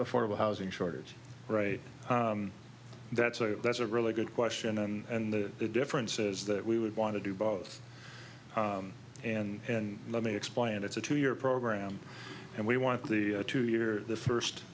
affordable housing shortage right that's a that's a really good question and the difference is that we would want to do both and let me explain it's a two year program and we want the two year the first